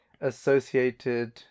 associated